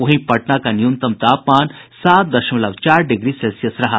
वहीं पटना का न्यूनतम तापमान सात दशमलव चार डिग्री सेल्सियस रहा